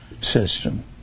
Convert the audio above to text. system